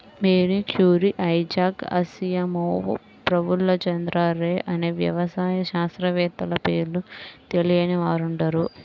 Mary Curie, Isaac Asimov, Prafulla Chandra Ray అనే వ్యవసాయ శాస్త్రవేత్తల పేర్లు తెలియని వారుండరు